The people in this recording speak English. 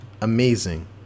amazing